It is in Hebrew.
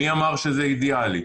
מי אמר שזה אידיאלי?